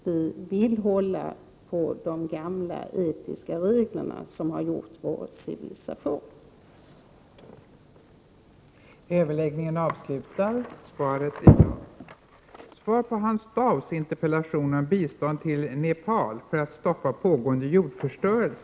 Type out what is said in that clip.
Vi vill hålla på de gamla etiska regler som skapat vår civilisation. 16 maj 1989